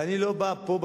ואני לא בא פה,